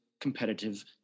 competitive